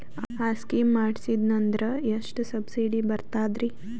ಆ ಸ್ಕೀಮ ಮಾಡ್ಸೀದ್ನಂದರ ಎಷ್ಟ ಸಬ್ಸಿಡಿ ಬರ್ತಾದ್ರೀ?